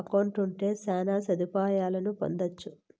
account ఉంటే శ్యాన సదుపాయాలను పొందొచ్చు